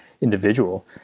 individual